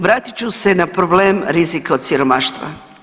Vratit ću se na problem rizika od siromaštva.